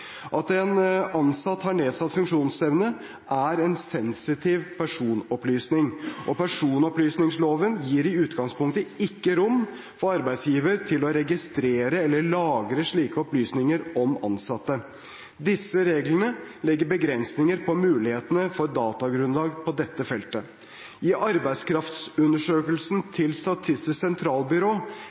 At en ansatt har nedsatt funksjonsevne, er en sensitiv personopplysning, og personopplysningsloven gir i utgangspunktet ikke rom for arbeidsgiver til å registrere eller lagre slike opplysninger om ansatte. Disse reglene legger begrensninger på mulighetene for datagrunnlaget på dette feltet. I arbeidskraftsundersøkelsen til Statistisk sentralbyrå